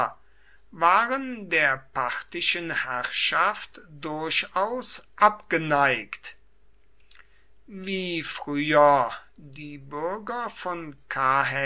waren der parthischen herrschaft durchaus abgeneigt wie früher die bürger von